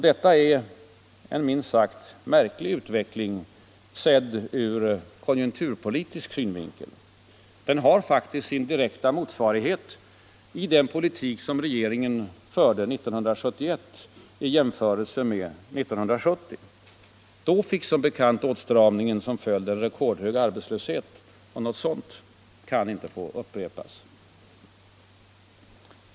Detta är en ur konjunkturpolitisk synvinkel minst sagt märklig utveckling. Den har sin direkta motsvarighet i den politik som regeringen förde 1971 i jämförelse med 1970. Då fick som bekant åtstramningen som följd en rekordhög arbetslöshet. Något sådant kan inte få upprepas.